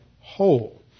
whole